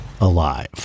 alive